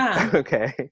Okay